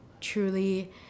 truly